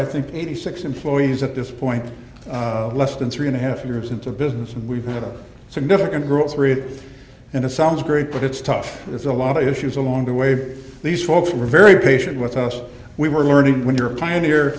i think eighty six employees at this point less than three and a half years into business and we have a significant growth area and it sounds great but it's tough there's a lot of issues along the way these folks were very patient with us we were learning when you're a pioneer